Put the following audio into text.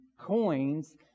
coins